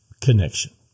connection